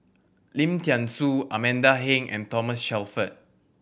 Lim Thean Soo Amanda Heng and Thomas Shelford